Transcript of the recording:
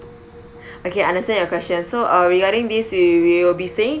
okay I understand your question so uh regarding this we will be staying